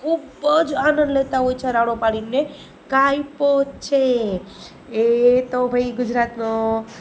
ખૂબ જ આનંદ લેતા હોય છે રાડો પાડીને કાઈપો છે એ તો ભાઈ ગુજરાતનો